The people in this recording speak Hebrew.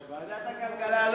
ועדת הכלכלה,